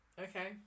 Okay